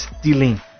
stealing